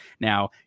Now